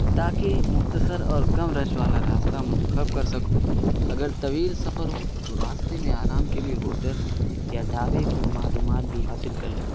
تاکہ مختصر اور کم رش والا راستہ منتخب کر سکوں اگر طویل سفر ہو تو راستے میں آرام کے لیے ہوٹل یا ڈھابے کی معلومات بھی حاصل کر لیتا ہوں